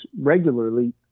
regularly